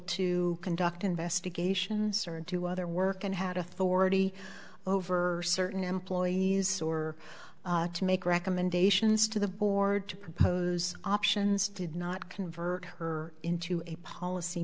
to conduct investigations or do other work and had authority over certain employees or to make recommendations to the board to propose options did not convert her into a policy